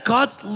God's